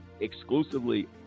exclusively